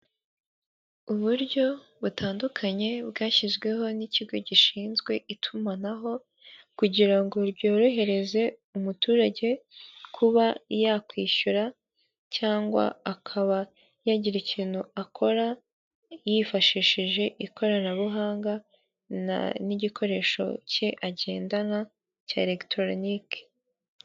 Uburyo butandukanye bwashyizweho n'ikigo gishinzwe itumanaho kugira ngo ryorohereze umuturage kuba yakwishyura cyangwa akaba yagira ikintu akora yifashishije ikoranabuhanga n'igikoresho cye agendana cya elekitoroniki.